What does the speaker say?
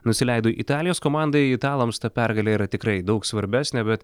nusileido italijos komandai italams ta pergalė yra tikrai daug svarbesnė bet